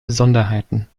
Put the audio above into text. besonderheiten